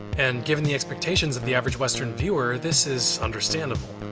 and given the expectations of the average western viewer, this is understandable.